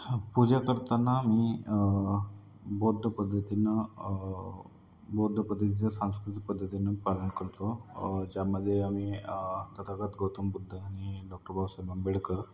पूजा करताना मी बौद्ध पद्धतीनं बौद्ध पद्धतीच्या सांस्कृतिक पद्धतीनं पालन करतो ज्यामध्ये आम्ही तथागत गौतम बुद्ध आणि डॉक्टर बाबासाहेब आंबेडकर